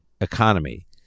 economy